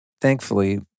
thankfully